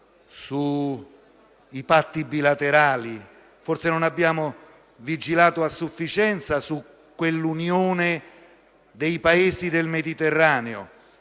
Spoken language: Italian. sui patti bilaterali, forse non abbiamo vigilato a sufficienza su quell'Unione dei Paesi del Mediterraneo,